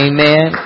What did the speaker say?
Amen